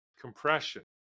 compression